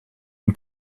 une